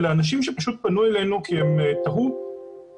אלה אנשים שפשוט פנו אלינו כי הם תהו לגבי